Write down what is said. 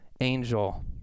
angel